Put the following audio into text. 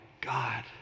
God